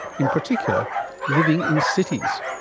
in particular living in cities.